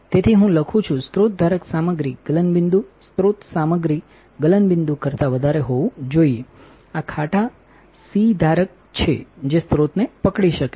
તેથી હું લખું છું સ્રોત ધારક સામગ્રી ગલનબિંદુ સ્રોત સામગ્રી ગલનબિંદુ કરતા વધારે હોવું જોઈએ આ ખાટાસીઇ ધારક ધારક છે જે સ્રોતને પકડી શકે છે